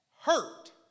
hurt